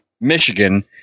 michigan